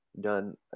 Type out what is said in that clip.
done